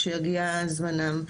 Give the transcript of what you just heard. כשיגיע זמנם.